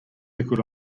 liquid